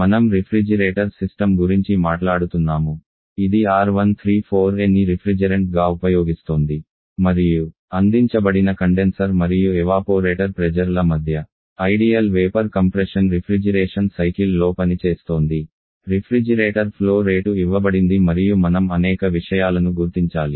మనం refrigerator system గురించి మాట్లాడుతున్నాము ఇది R134aని రిఫ్రిజెరెంట్గా ఉపయోగిస్తోంది మరియు అందించబడిన కండెన్సర్ మరియు ఎవాపోరేటర్ ప్రెజర్ల మధ్య ideal vapour compression refrigeration cycle లో పనిచేస్తోంది రిఫ్రిజిరేటర్ ఫ్లో రేటు ఇవ్వబడింది మరియు మనం అనేక విషయాలను గుర్తించాలి